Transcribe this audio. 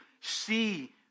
see